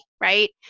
right